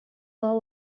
hau